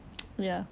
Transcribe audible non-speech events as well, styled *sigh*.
*noise* ya